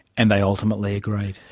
and they ultimately agreed?